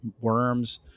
Worms